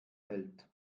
hält